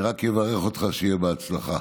אני רק אברך אותך שיהיה בהצלחה